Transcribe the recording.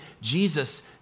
Jesus